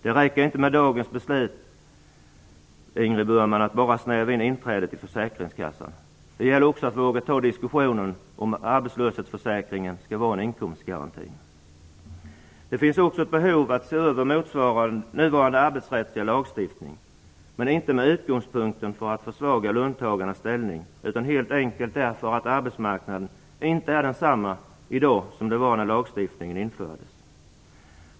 Det räcker inte med dagens beslut att bara snäva in inträdet till försäkringskassan, Ingrid Burman. Det gäller också att våga ta diskussionen om arbetslöshetsförsäkringen skall vara en inkomstgaranti. Det finns också ett behov av att se över nuvarande arbetsrättliga lagstiftning. Men inte med utgångspunkten att försvaga löntagarnas ställning, utan helt enkelt därför att arbetsmarknaden inte är densamma i dag som när lagstiftningen infördes.